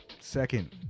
Second